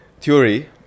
theory